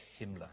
Himmler